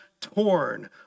torn